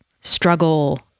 struggle